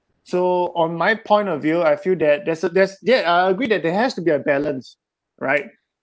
so on my point of view I feel that there's a there's there I agree that there has to be a balance right